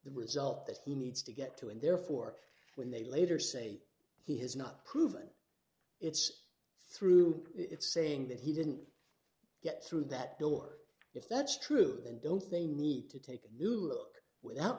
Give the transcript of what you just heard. the result that he needs to get to and therefore when they later say he has not proven it's through it's saying that he didn't get through that door if that's true then don't they need to take a new look without